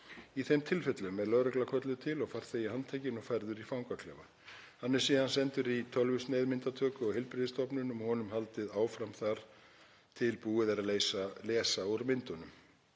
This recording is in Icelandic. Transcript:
Í þeim tilfellunum er lögregla kölluð til og farþegi handtekinn og færður í fangaklefa. Hann er síðan sendur í tölvusneiðmyndatöku á heilbrigðisstofnun og honum haldið áfram þar til búið er að lesa úr myndunum.